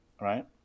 right